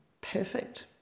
Perfect